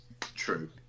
true